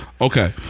Okay